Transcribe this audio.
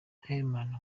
heman